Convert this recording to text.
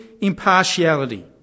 impartiality